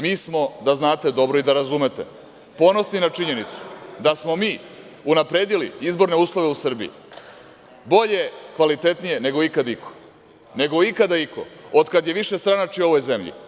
Mi smo, da znate dobro i da razumete, ponosni na činjenicu da smo mi unapredili izborne uslove u Srbiji bolje, kvalitetnije nego ikada iko, nego ikada iko od kada je višestranačje u ovoj zemlji.